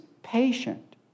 patient